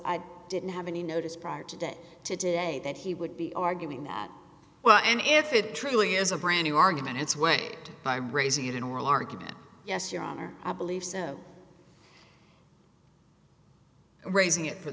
i didn't have any notice prior to day to day that he would be arguing that well and if it truly is a brand new argument it's way by raising it in oral argument yes your honor i believe so raising it for